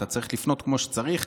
אתה צריך לפנות כמו שצריך,